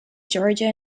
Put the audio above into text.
georgia